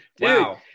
Wow